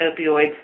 opioids